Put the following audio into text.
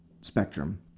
spectrum